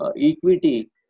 equity